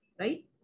right